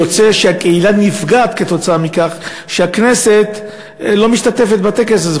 יוצא שהקהילה נפגעת כתוצאה מכך שהכנסת לא משתתפת בטקס הזה,